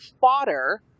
fodder